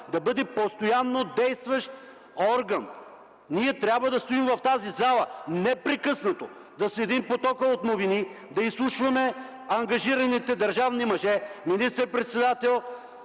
да бъде постоянно действащ орган. Ние трябва да стоим в тази зала непрекъснато, да следим потока от новини, да изслушваме ангажираните държавни мъже – министър-председател,